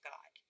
God